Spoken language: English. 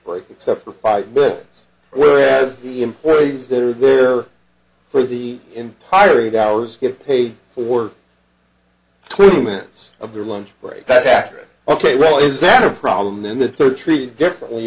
break except for five minutes whereas the employees they're there for the entire eight hours get paid for twenty minutes of their lunch break that's accurate ok well is that a problem then the third treated differently